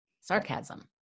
sarcasm